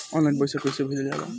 Online पैसा कैसे भेजल जाला?